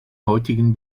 heutigen